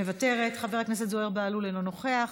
מוותרת, חבר הכנסת זוהיר בהלול, אינו נוכח,